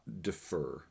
defer